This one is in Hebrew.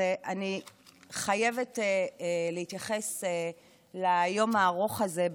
אני חייבת להתייחס ליום הארוך הזה,